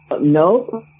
No